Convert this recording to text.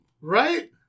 Right